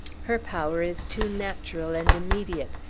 her power is too natural and immediate.